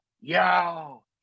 yo